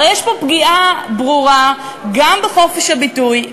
הרי יש פה פגיעה ברורה גם בחופש הביטוי,